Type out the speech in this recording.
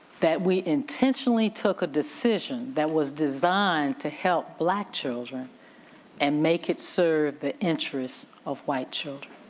that we intentionally took a decision that was designed to help black children and make it serve the interests of white children.